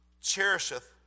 cherisheth